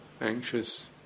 anxious